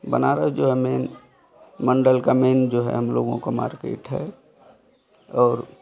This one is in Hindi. बनारस जो है मेन मण्डल का मेन जो है हम लोगों का मार्केट है और